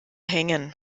hängen